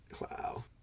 Wow